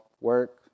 work